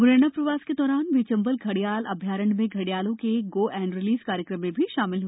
म्रैना प्रवास के दौरान वे चम्बल घडिय़ाल अभ्यारण्य में घडिय़ालों के गो एण्ड रिलीज कार्यक्रम में भी शामिल हये